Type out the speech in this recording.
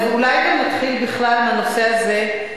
אז אולי נתחיל בכלל מהנושא הזה,